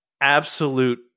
Absolute